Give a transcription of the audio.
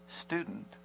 student